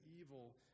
evil